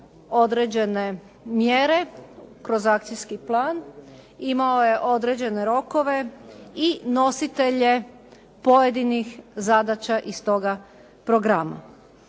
određene mjere, kroz akcijskih plan, imao je određene rokove i nositelje pojedinih zadaća iz toga programa.